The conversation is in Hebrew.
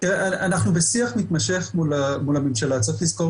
אנחנו בשיח מתמשך מול הממשלה צריך לזכור